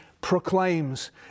proclaims